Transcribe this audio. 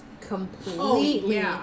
completely